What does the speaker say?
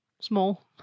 Small